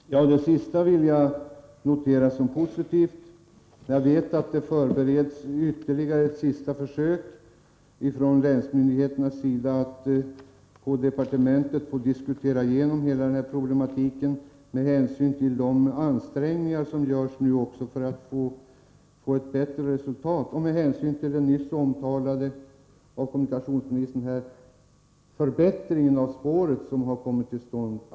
Fru talman! Det sista vill jag notera såsom positivt. Jag vet att länsmyndigheterna förbereder ytterligare ett sista försök att få departementet att diskutera igenom hela denna problematik med hänsyn till de ansträngningar som nu görs för att få ett bättre resultat och den nyss av kommunikationsministern omtalade förbättring av spåret som har kommit till stånd.